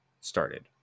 started